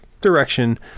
direction